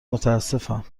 متاسفم